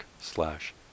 slash